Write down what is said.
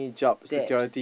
debts